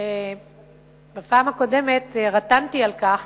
שבפעם הקודמת רטנתי על כך